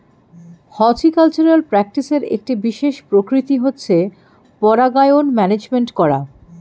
horticultural প্র্যাকটিসের একটি বিশেষ প্রকৃতি হচ্ছে পরাগায়ন ম্যানেজমেন্ট করা